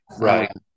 right